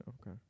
Okay